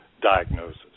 diagnosis